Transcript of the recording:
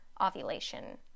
ovulation